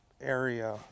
area